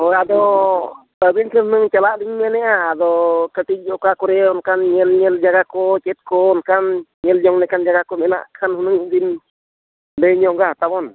ᱦᱳᱭ ᱟᱫᱚ ᱟᱹᱵᱤᱱ ᱴᱷᱮᱱ ᱞᱤᱧ ᱪᱟᱞᱟᱜ ᱞᱤᱧ ᱢᱮᱱᱮᱫᱼᱟ ᱟᱫᱚ ᱠᱟᱹᱴᱤᱡ ᱚᱠᱟ ᱠᱚᱨᱮᱜ ᱚᱱᱠᱟᱱ ᱧᱮᱞ ᱧᱮᱞ ᱡᱟᱭᱜᱟ ᱠᱚ ᱪᱮᱫ ᱠᱚ ᱚᱱᱠᱟᱱ ᱧᱮᱞ ᱡᱚᱝ ᱞᱮᱠᱟᱱ ᱡᱟᱭᱜᱟ ᱠᱚ ᱢᱮᱱᱟᱜ ᱠᱷᱟᱱ ᱦᱩᱱᱟᱹᱝ ᱵᱤᱱ ᱞᱟᱹᱭ ᱧᱚᱜᱟ ᱛᱟᱵᱚᱱ